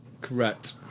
Correct